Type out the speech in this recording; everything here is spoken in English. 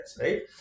right